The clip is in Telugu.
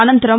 అనంతరం